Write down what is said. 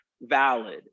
valid